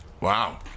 wow